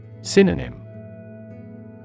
Synonym